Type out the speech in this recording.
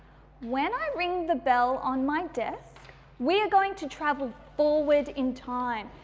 when i ring the bell on my desk we are going to travel forward in time.